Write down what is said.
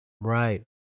right